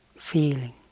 feeling